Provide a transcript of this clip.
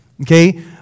okay